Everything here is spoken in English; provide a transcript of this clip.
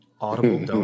Audible